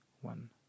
one